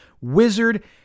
Wizard